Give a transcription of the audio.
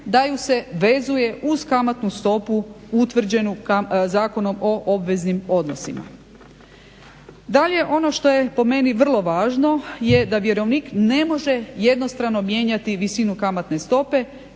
da ju se vezuje uz kamatnu stopu utvrđenu Zakonom o obveznim odnosima. Dalje, ono što je po meni vrlo važno je da vjerovnik ne može jednostrano mijenjati visinu kamatne stope